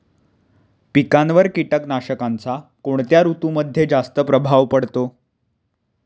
पिकांवर कीटकनाशकांचा कोणत्या ऋतूमध्ये जास्त प्रभाव पडतो?